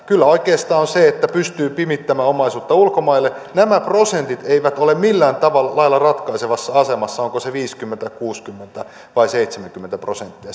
kyllä oikeastaan pystyy pimittämään omaisuutta ulkomaille nämä prosentit eivät ole millään lailla ratkaisevassa asemassa onko se viisikymmentä kuusikymmentä vai seitsemänkymmentä prosenttia